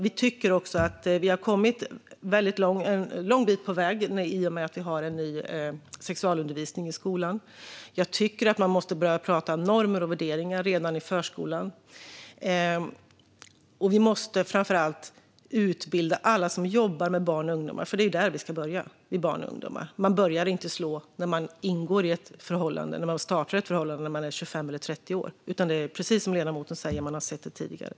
Vi tycker också att vi har kommit en lång bit på väg i och med att vi har en ny sexualundervisning i skolan. Jag tycker att man måste börja prata normer och värderingar redan i förskolan. Vi måste framför allt utbilda alla som jobbar med barn och ungdomar, för det är där vi ska börja. Man börjar inte slå när man går in i ett förhållande när man är 25 eller 30 år, utan det är precis som ledamoten säger: Man har sett detta tidigare.